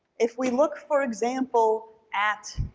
if we look, for example, at